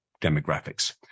demographics